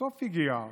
בסוף היא הגיעה